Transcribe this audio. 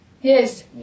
Yes